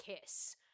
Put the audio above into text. kiss